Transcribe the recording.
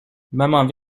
maman